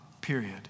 period